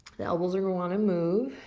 the elbows are gonna wanna move.